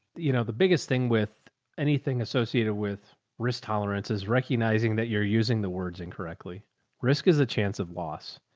you know, the biggest thing with anything associated with risk tolerance is recognizing that you're using the words incorrectly risk is the chance of loss.